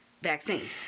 Vaccine